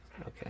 Okay